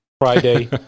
Friday